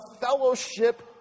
fellowship